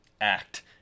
act